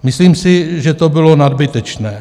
Myslím si, že to bylo nadbytečné.